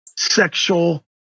Sexual